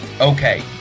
Okay